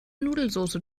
nudelsoße